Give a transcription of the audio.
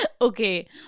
Okay